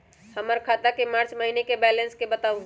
हमर खाता के मार्च महीने के बैलेंस के बताऊ?